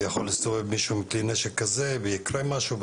יכול להסתובב מישהו עם כלי נשק כזה ויקרה משהו,